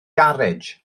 garej